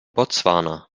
botswana